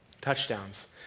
touchdowns